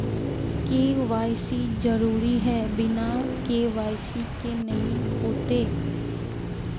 KYC जरुरी है बिना के.वाई.सी के नहीं होते?